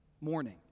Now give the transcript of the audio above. morning